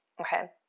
okay